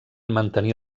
mantenir